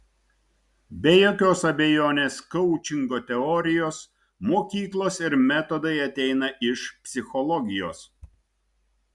be jokios abejonės koučingo teorijos mokyklos ir metodai ateina iš psichologijos